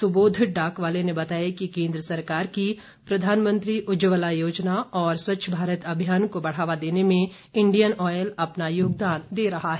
सुबोध डाकवाले ने बताया कि केन्द्र सरकार की प्रधानमंत्री उज्जवला योजना और स्वच्छ भारत ॅअभियान को बढ़ावा देने में इंडियन ऑयल अपना योगदान दे रहा है